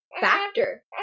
factor